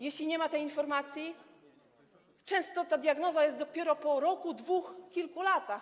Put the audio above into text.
Jeśli nie ma tej informacji, często diagnoza jest dopiero po roku, dwóch, kilku latach.